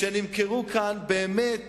שנמכרו כאן באמת